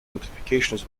modifications